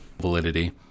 validity